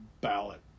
ballot